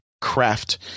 craft